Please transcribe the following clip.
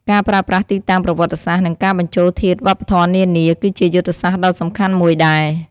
ការប្រើប្រាស់ទីតាំងប្រវត្តិសាស្ត្រ និងការបញ្ចូលធាតុវប្បធម៌នានា គឺជាយុទ្ធសាស្ត្រដ៏សំខាន់មួយដែរ។